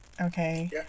okay